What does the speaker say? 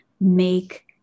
make